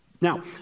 Now